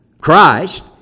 Christ